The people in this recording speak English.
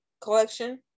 Collection